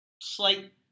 Slight